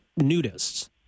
nudists